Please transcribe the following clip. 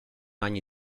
ani